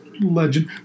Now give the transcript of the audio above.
legend